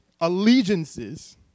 allegiances